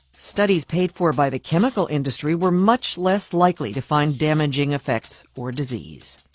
studies paid for by the chemical industry were much less likely to find damaging effects or disease.